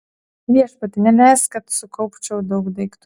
viešpatie neleisk kad sukaupčiau daug daiktų